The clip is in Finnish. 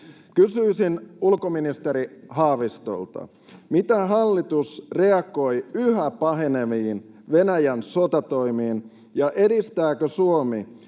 Kysyisin ulkoministeri Haavistolta: miten hallitus reagoi yhä paheneviin Venäjän sotatoimiin, ja edistääkö Suomi